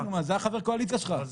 זה חבר הקואליציה שלך.